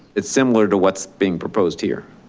it's similar to what's being proposed here?